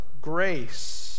grace